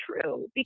true